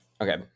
Okay